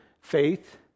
faith